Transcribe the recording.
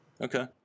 Okay